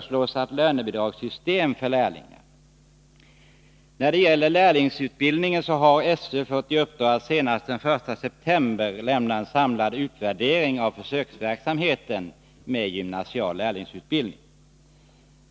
Skolöverstyrelsen har fått i uppdrag att senast den 1 september lämna en samlad utvärdering av försöksverksamheten med gymnasial lärlingsutbildning.